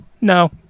No